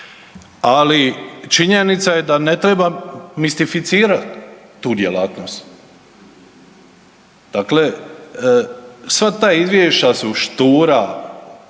ali činjenica je da ne treba mistificirati tu djelatnost. Dakle, sva ta izvješća su štura